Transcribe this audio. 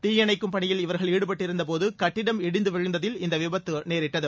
தீயணைக்கும் பணியில் இவர்கள் ஈடுபட்டிருந்த போது கட்டிடம் இடிந்து விழுந்ததில் இவ்விபத்து நேரிட்டது